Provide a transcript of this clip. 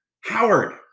Howard